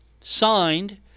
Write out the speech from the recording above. signed